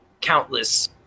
countless